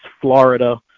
Florida